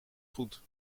goed